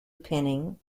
pinning